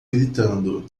gritando